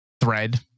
thread